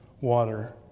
water